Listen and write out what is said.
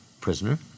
prisoner